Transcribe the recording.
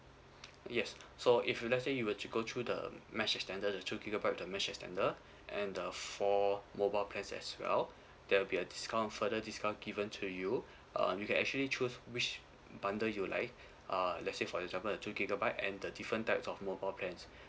yes so if you let's say you were to go through the mesh extender the two gigabyte with the mesh extender and the four mobile plans as well there will be a discount further discount given to you um you can actually choose which bundle you like uh let's say for example a two gigabyte and the different types of mobile plans